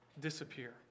disappear